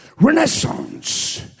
Renaissance